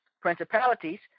Principalities